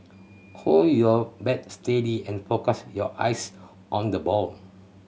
hold your bat steady and focus your eyes on the ball